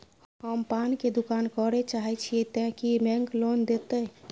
हम पान के दुकान करे चाहे छिये ते की बैंक लोन देतै?